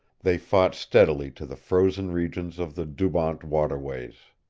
they fought steadily to the frozen regions of the dubawnt waterways.